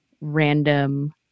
random